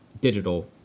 digital